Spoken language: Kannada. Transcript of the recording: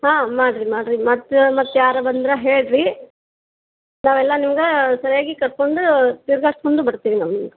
ಹಾಂ ಮಾಡಿರಿ ಮಾಡಿರಿ ಮತ್ತು ಮತ್ಯಾರ ಬಂದ್ರೆ ಹೇಳಿರಿ ನಾವೆಲ್ಲ ನಿಮ್ಗೆ ಸರಿಯಾಗಿ ಕರ್ಕೊಂಡು ತಿರುಗಾಡ್ಸ್ಕೊಂಡು ಬರ್ತೀವಿ ನಾವು ನಿಮ್ಗೆ